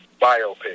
Biopic